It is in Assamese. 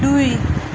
দুই